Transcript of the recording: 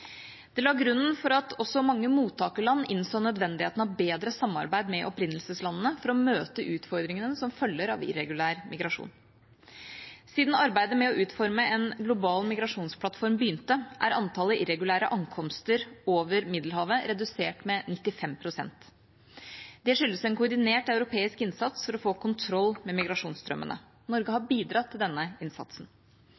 Det la grunnen for at også mange mottakerland innså nødvendigheten av et bedre samarbeid med opprinnelseslandene for å møte utfordringene som følger av irregulær migrasjon. Siden arbeidet med å utforme en global migrasjonsplattform begynte, er antallet irregulære ankomster over Middelhavet redusert med 95 pst. Det skyldes en koordinert europeisk innsats for å få kontroll med migrasjonsstrømmene. Norge har